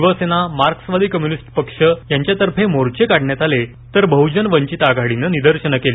शिवसेना मार्क्सवादी कम्यूनिस्ट पक्षातर्फे मोर्चा काढण्यात आला तर बहुजन वंचित आघाडीनं निदर्शनं केली